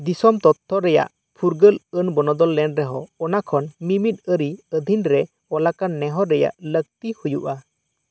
ᱫᱤᱥᱚᱢ ᱛᱚᱛᱼᱛᱷᱚ ᱨᱮᱭᱟᱜ ᱯᱷᱩᱨᱜᱟ ᱞ ᱟ ᱱ ᱵᱚᱱᱚᱫᱚᱞ ᱞᱮᱱ ᱨᱮᱦᱚᱸ ᱚᱱᱟ ᱠᱷᱚᱱ ᱢᱤᱢᱤᱫ ᱟ ᱨᱤ ᱟ ᱫᱷᱤᱱ ᱨᱮ ᱚᱞᱟᱠᱟᱱ ᱱᱮᱦᱚᱨ ᱨᱮᱭᱟᱜ ᱞᱟ ᱠᱛᱤ ᱦᱩᱭᱩᱜᱼᱟ